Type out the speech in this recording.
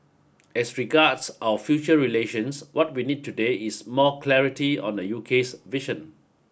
as regards our future relations what we need today is more clarity on the UK's vision